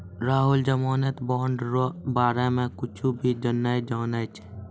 राहुल जमानत बॉन्ड रो बारे मे कुच्छ भी नै जानै छै